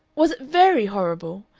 was it very horrible?